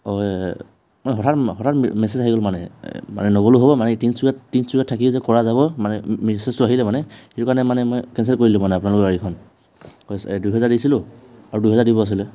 হয় মানে হঠাৎ হঠাৎ মেছেজ আহি গ'ল মানে মানে নগ'লেও হ'ব মানে তিনিচুকীয়াত তিনিচুকীয়াত থাকিও যে কৰা যাব মানে মেছেজটো আহিলে মানে সেইটো কাৰণে মানে কেঞ্চেল কৰি দিলোঁ মানে আপোনালোকৰ গাড়ীখন পইচা দুহেজাৰ দিছিলোঁ আৰু দুহেজাৰ দিব আছিলে